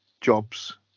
jobs